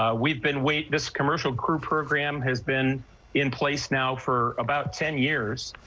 ah we've been wait this commercial crew program has been in place now for about ten years.